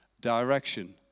direction